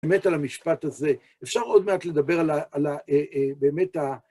באמת על המשפט הזה. אפשר עוד מעט לדבר על באמת ה...